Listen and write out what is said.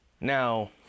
Now